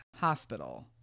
Hospital